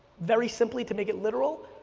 very simply to make it literal,